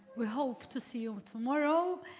we hope to see you tomorrow.